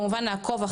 כמובן נעקוב,